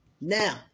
Now